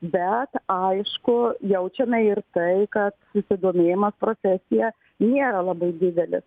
bet aišku jaučiame ir tai ka susidomėjimas profesija nėra labai didelis